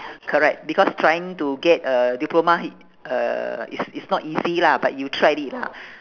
correct because trying to get a diploma hi~ uh it's it's not easy lah but you tried it lah